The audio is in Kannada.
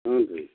ಹ್ಞೂ ರೀ